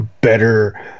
better